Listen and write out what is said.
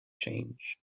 change